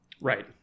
Right